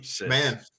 man